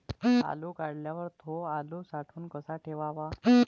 आलू काढल्यावर थो आलू साठवून कसा ठेवाव?